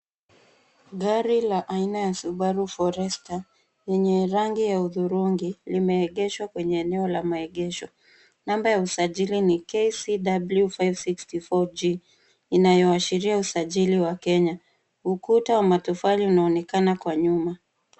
Gari la aina ya Subaru Forester yenye rangi ya hudhurungi limeegeshwa kwenye eneo la maegesho. Namba ya usajili ni KCW 564G inayoashiria usajili wa Kenya. ukuta wa matofali unaonekana kwa nyuma.